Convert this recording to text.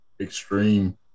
extreme